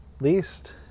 Least